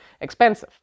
expensive